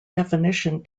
definition